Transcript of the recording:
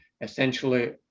essentially